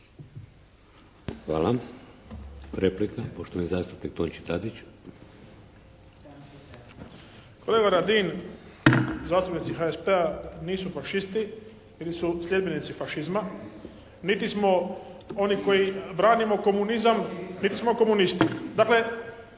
Hvala. Replika, poštovani zastupnik Tonči Tadić. **Tadić, Tonči (HSP)** Kolega Radin, zastupnici HSP-a nisu fašisti i nisu sljedbenici fašizma niti smo oni koji branimo komunizam niti smo komunisti. Dakle,